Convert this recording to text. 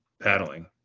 paddling